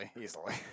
Easily